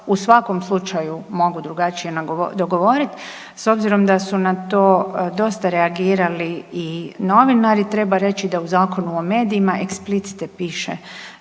u svakom slučaju mogu drugačije dogovoriti. S obzirom da su na to dosta reagirali i novinari treba reći da u Zakonu o medijima explicite piše